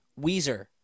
Weezer